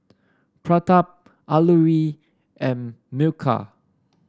Pratap Alluri and Milkha